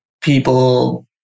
people